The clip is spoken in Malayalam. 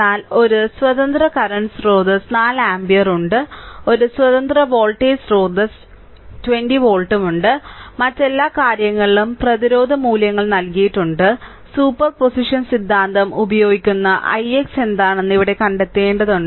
എന്നാൽ ഒരു സ്വതന്ത്ര കറന്റ് സ്രോതസ്സ് 4 ആമ്പിയർ ഉണ്ട് ഒരു സ്വതന്ത്ര വോൾട്ടേജ് സ്രോതസ്സ് 20 വോൾട്ട് ഉണ്ട് മറ്റെല്ലാ കാര്യങ്ങളിലും പ്രതിരോധ മൂല്യങ്ങൾ നൽകിയിട്ടുണ്ട് സൂപ്പർപോസിഷൻ സിദ്ധാന്തം ഉപയോഗിക്കുന്ന ix എന്താണെന്ന് ഇവിടെ കണ്ടെത്തേണ്ടതുണ്ട്